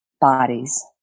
bodies